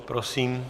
Prosím.